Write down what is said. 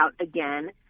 again